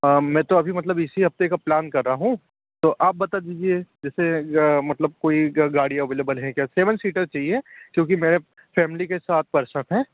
मैं तो अभी मतलब इसी हफ्ते का प्लान कर रहा हूँ तो आप बता दीजिए जैसे मतलब कोई गाड़ी अवेलबल है क्या सेवन सीटर चाहिए क्योंकि मैं फेमली के सात परसन हैं